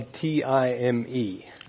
T-I-M-E